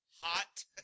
Hot